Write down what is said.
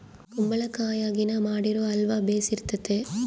ಕುಂಬಳಕಾಯಗಿನ ಮಾಡಿರೊ ಅಲ್ವ ಬೆರ್ಸಿತತೆ